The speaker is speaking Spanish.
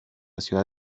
ciudad